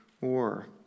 war